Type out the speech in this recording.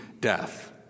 death